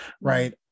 right